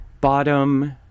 bottom